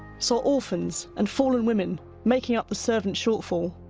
saw orphans and fallen women making up the servant shortfall.